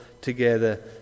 together